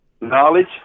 knowledge